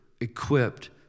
equipped